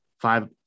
five